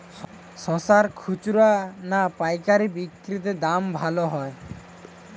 শশার খুচরা না পায়কারী বিক্রি তে দাম ভালো হয়?